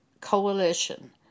Coalition